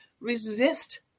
resist